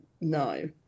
no